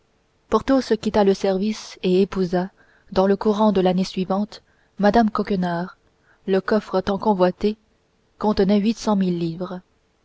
grade porthos quitta le service et épousa dans le courant de l'année suivante mme coquenard le coffre tant convoité contenait huit cent mille livres